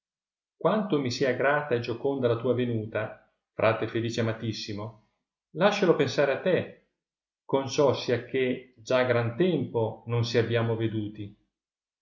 quanto mi sia grata e gioconda la tua venuta frate felice amantissimo lasciolo pensare a te conciò sia che già gran tempo non si abbiamo veduti